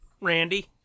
Randy